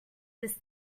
this